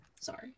Sorry